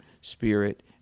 spirit